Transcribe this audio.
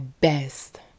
best